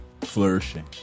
flourishing